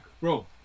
bro